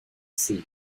sea